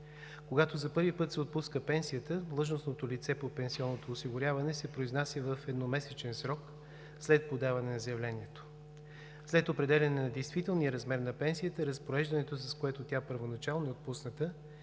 Когато за първи път се отпуска пенсията, длъжностното лице по пенсионното осигуряване се произнася в едномесечен срок след подаване на заявлението. След определяне на действителния размер на пенсията, разпореждането, с което първоначално е отпусната,